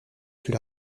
sous